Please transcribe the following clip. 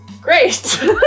great